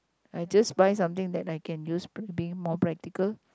I just buy something that I can use being more practical